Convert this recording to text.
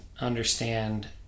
understand